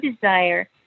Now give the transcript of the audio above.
desire